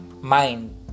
mind